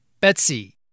Betsy